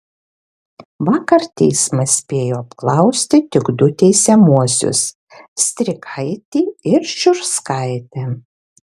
vakar teismas spėjo apklausti tik du teisiamuosius strikaitį ir šiurskaitę